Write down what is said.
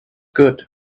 good